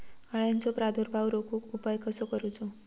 अळ्यांचो प्रादुर्भाव रोखुक उपाय कसो करूचो?